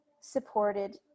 supported